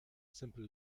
simple